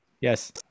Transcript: yes